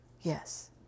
yes